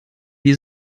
die